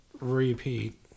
repeat